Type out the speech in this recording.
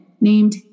named